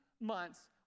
months